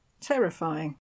Terrifying